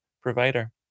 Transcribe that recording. provider